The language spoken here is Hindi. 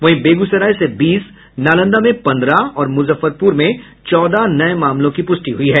वहीं बेगूसराय से बीस नालंदा में पंद्रह और मुजफ्फरपुर में चौदह नये मामलों की पुष्टि हुई है